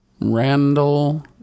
Randall